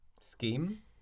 Scheme